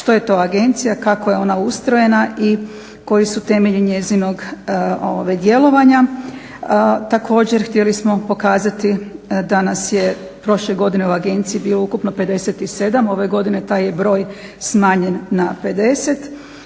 što je to agencija, kako je ona ustrojena i koji su temelji njezinog djelovanja. Također, htjeli smo pokazati da nas je prošle godine u agenciji bilo ukupno 57, ove godine taj je broj smanjen na 50.